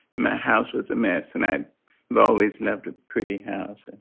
my house was a mess and i but always left a pretty house. and